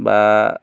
বা